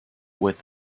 with